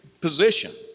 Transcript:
position